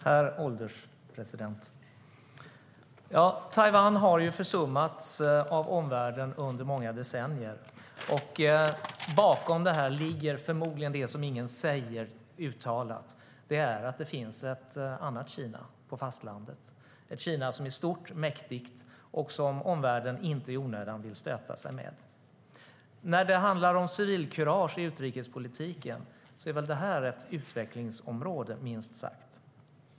Herr ålderspresident! Taiwan har försummats av omvärlden under många decennier. Bakom detta ligger förmodligen det som är outtalat, nämligen att det finns ett annat Kina på fastlandet, ett Kina som är stort och mäktigt och som omvärlden inte i onödan vill stöta sig med. När det handlar om civilkurage i utrikespolitiken är väl detta ett utvecklingsområde, minst sagt.